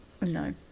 No